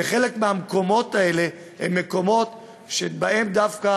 חלק מהמקומות האלה הם מקומות שבהם דווקא